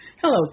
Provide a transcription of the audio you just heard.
Hello